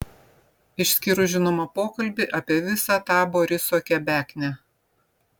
išskyrus žinoma pokalbį apie visą tą boriso kebeknę